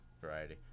variety